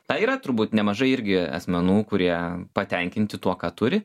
na yra turbūt nemažai irgi asmenų kurie patenkinti tuo ką turi